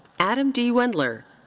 adam d. wendler.